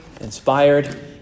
inspired